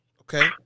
Okay